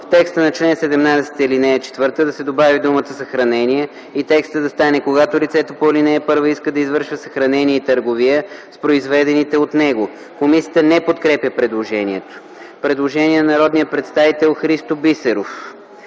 В текста на чл. 17 ал. 4 да се добави думата „съхранение” и текстът да стане: „Когато лицето по ал. 1 иска да извършва съхранение и търговия с произведените от него”.” Комисията не подкрепя предложението. Предложение на народния представител Христо Бисеров.